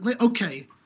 Okay